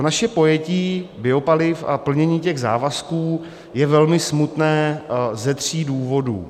Naše pojetí biopaliv a plnění těch závazků je velmi smutné ze tří důvodů.